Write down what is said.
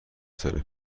سال